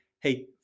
hey